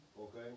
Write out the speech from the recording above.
okay